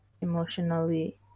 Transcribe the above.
emotionally